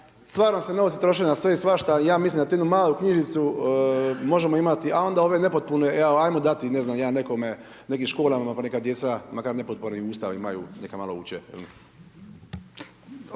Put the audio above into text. stvarno se novci troše na sve i svašta, a ja mislim da tu jednu malu knjižicu možemo imati, a onda ove nepotpune, evo ajmo dati ne znam, nekim školama, pa neka djeca, pa makar…/Govornik se ne razumije/…neka malo uče.